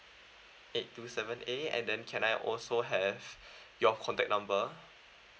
eight two seven A and then can I also have your contact number